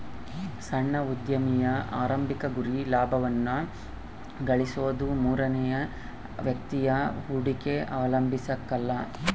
ಸಣ್ಣ ಉದ್ಯಮಿಯ ಆರಂಭಿಕ ಗುರಿ ಲಾಭವನ್ನ ಗಳಿಸೋದು ಮೂರನೇ ವ್ಯಕ್ತಿಯ ಹೂಡಿಕೆ ಅವಲಂಬಿಸಕಲ್ಲ